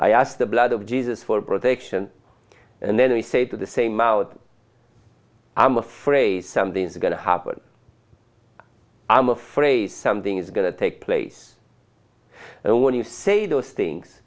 i asked the blood of jesus for protection and then he said to the same out i'm afraid something's going to happen i'm afraid something is going to take place and when you say those things